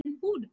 food